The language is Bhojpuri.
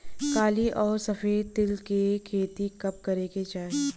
काली अउर सफेद तिल के खेती कब करे के चाही?